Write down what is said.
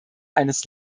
eines